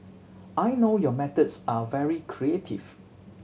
I know your methods are very creative